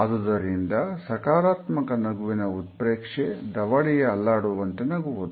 ಆದುದರಿಂದ ಸಕಾರಾತ್ಮಕ ನಗುವಿನ ಉತ್ಪ್ರೇಕ್ಷೆ ದವಡೆಯ ಅಲ್ಲಾಡುವಂತೆ ನಗುವುದು